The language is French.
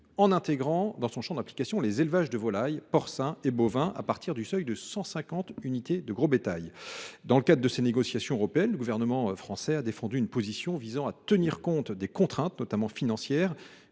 en intégrant dans son champ d’application les élevages de volailles, porcins et bovins à partir du seuil de 150 unités de gros bétail. Dans le cadre des négociations européennes, le Gouvernement a défendu une position visant à tenir compte des contraintes, notamment financières,